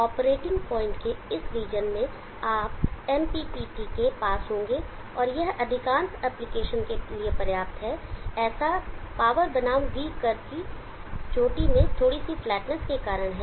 operating point के इस region में आप MPPT के पास होंगे और यह अधिकांश एप्लीकेशन के लिए पर्याप्त है ऐसा पावर बनाम V कर्व की चोटी में थोड़ी सी फ्लैटनेस के कारण है